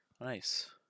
Nice